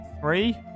three